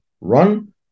run